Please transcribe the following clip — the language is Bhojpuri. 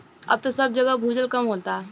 अब त सब जगह भूजल कम होता